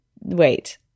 wait